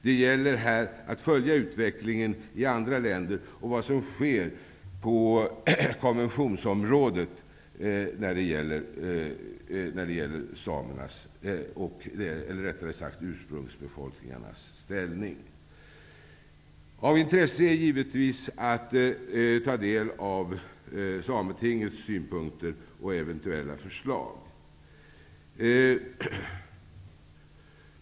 Det gäller här att följa utvecklingen i andra länder om vad som sker på konventionsområdet när det gäller ursprungsbefolkningarnas ställning. Av intresse är givetvis att ta del av Sametingets synpunkter och eventuella förslag.